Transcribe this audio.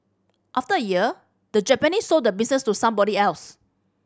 after a year the Japanese sold the business to somebody else